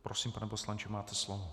Prosím, pane poslanče, máte slovo.